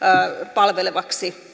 palveleva